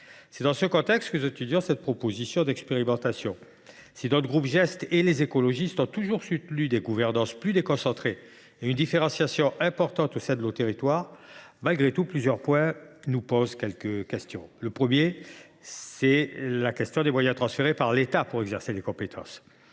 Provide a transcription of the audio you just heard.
C’est dans ce contexte que nous étudions cette proposition d’expérimentation. Si le GEST et les écologistes ont toujours soutenu des gouvernances plus déconcentrées et une différenciation importante au sein de nos territoires, plusieurs points soulèvent des questions. Le premier a trait aux moyens transférés par l’État pour exercer lesdites compétences.